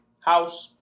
house